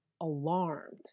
alarmed